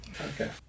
Okay